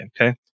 okay